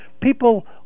people